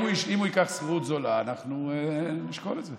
אם הוא ייקח שכירות זולה, אנחנו נשקול את זה.